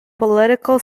political